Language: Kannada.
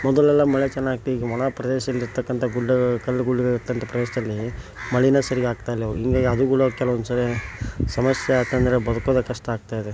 ಮೊದಲೆಲ್ಲ ಮಳೆ ಚೆನ್ನಾಗಿತ್ತು ಈಗ ಒಣ ಪ್ರದೇಶದಲ್ಲಿರತಕ್ಕಂಥ ಗುಡ್ಡ ಕಲ್ಲು ಗುಡ್ಡಗಳು ಇರತಕ್ಕಂಥ ಪ್ರದೇಶದಲ್ಲಿ ಮಳೆನೆ ಸರಿ ಆಗ್ತಾಯಿಲ್ಲ ಈವಾಗ ಹೀಗಾಗಿ ಅದು ಕೂಡ ಕೆಲವೊಂದು ಸರಿ ಸಮಸ್ಯೆ ಆಯ್ತಂದ್ರೆ ಬದುಕೋದೇ ಕಷ್ಟ ಆಗ್ತಾಯಿದೆ